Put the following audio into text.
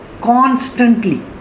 constantly